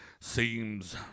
Seems